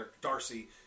Darcy